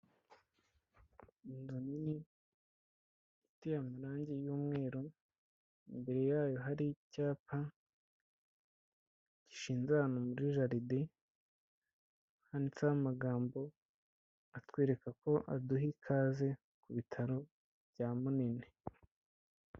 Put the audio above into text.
Ni inzu nini iteye amarange y'umweru, imbere yayo hari icyapa gishinze ahantu muri jaride handitseho amagambo atwereka ko aduha ikaze ku bitaro bya Munini.